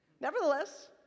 Nevertheless